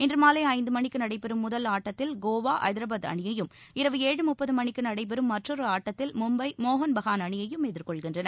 இன்று மாலை ஐந்து மணிக்கு நடைபெறும் முதல் ஆட்டத்தில் கோவா ஐதரபாத் அணியையும் இரவு ஏழு முப்பது மணிக்கு நடைபெறம் மற்றொரு ஆட்டத்தில் மும்பை மோகன் பகான் அணியையும் எதிர்கொள்கின்றன